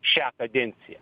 šią kadenciją